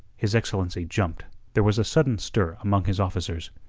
his excellency jumped there was a sudden stir among his officers.